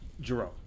Jerome